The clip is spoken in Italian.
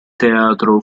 teatro